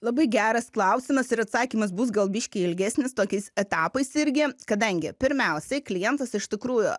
labai geras klausimas ir atsakymas bus gal biškį ilgesnis tokiais etapais irgi kadangi pirmiausiai klientas iš tikrųjų